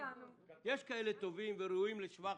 יש טובים וראויים לשבח.